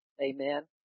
amen